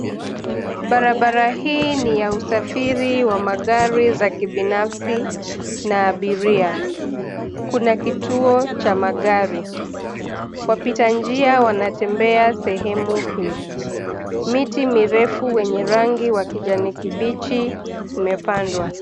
Barabara hii ni ya usafiri wa magari za kibinafsi na abiria. Kuna kituo cha magari. Wapita njia wanatembea sehemu hii. Miti mirefu wenye rangi wa kijani kibichi umepandwa.